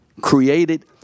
created